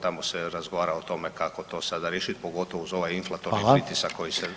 Tamo se razgovara o tome kako to sada riješiti pogotovo uz ovaj inflatorni pritisak koji se događa.